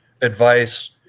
advice